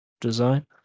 design